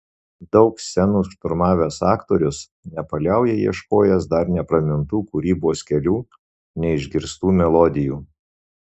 daug scenų šturmavęs aktorius nepaliauja ieškojęs dar nepramintų kūrybos kelių neišgirstų melodijų